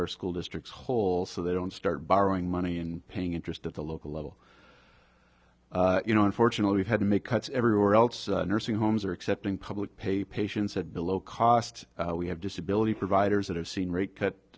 our school districts whole so they don't start borrowing money and paying interest at the local level you know unfortunately had to make cuts everywhere else nursing homes are accepting public pay patients said below cost we have disability providers that have seen rate